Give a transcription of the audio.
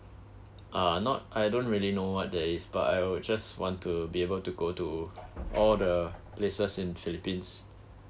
ah not I don't really know what there is but I will just want to be able to go to all the places in philippines